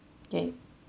okay